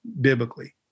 biblically